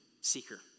seeker